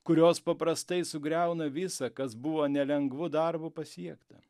kurios paprastai sugriauna visa kas buvo nelengvu darbu pasiekta